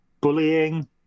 bullying